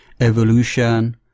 evolution